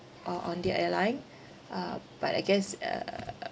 o~ on their airline uh but I guess uh